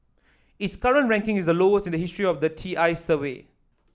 its current ranking is the lowest in the history of TI's survey